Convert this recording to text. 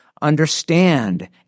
understand